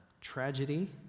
tragedy